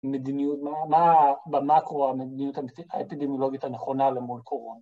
מדיניות, במקרו המדיניות האפידמיולוגית הנכונה למול קורונה.